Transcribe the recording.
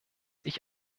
ich